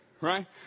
right